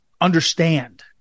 understand